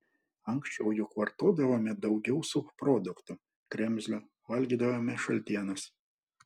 anksčiau juk vartodavome daugiau subproduktų kremzlių valgydavome šaltienas